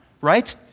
right